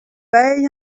pay